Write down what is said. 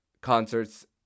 concerts